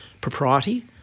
propriety